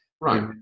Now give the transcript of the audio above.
Right